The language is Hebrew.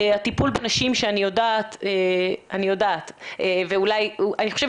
הטיפול בנשים שאני יודעת ואני חושבת